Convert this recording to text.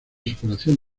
superación